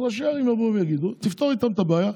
אז ראשי הערים יבואו ויגידו, תפתור איתם את הבעיה.